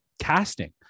casting